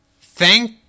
Thank